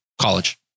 College